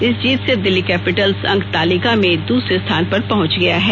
इस जीत से दिल्ली कैपिटल्स अंक तालिका में दूसरे स्थान पर पहुंच गया है